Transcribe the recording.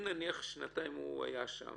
אם נניח הוא היה שנתיים שם